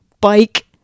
bike